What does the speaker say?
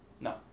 No